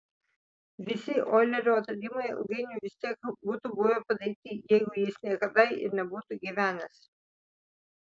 visi oilerio atradimai ilgainiui vis tiek būtų buvę padaryti jeigu jis niekada ir nebūtų gyvenęs